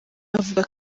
avuga